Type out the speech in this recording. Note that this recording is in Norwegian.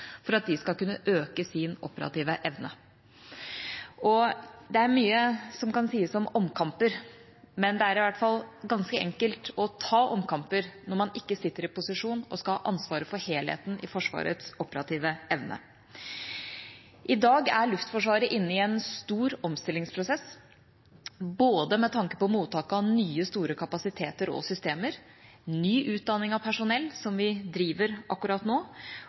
for at de skal kunne øke sin operative evne. Det er mye som kan sies om omkamper, men det er i hvert fall ganske enkelt å ta omkamper når man ikke sitter i posisjon og skal ha ansvaret for helheten i Forsvarets operative evne. I dag er Luftforsvaret inne i en stor omstillingsprosess både med tanke på mottak av nye store kapasiteter og systemer, ny utdanning av personell, som vi driver akkurat nå,